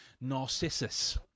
Narcissus